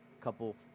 couple